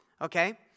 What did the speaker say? Okay